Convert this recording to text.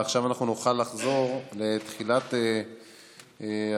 עכשיו נוכל לחזור לתחילת השאילתות,